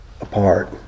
apart